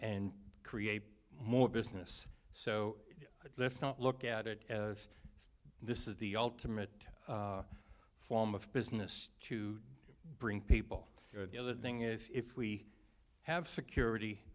and create more business so let's not look at it as this is the ultimate form of business to bring people the other thing is if we have security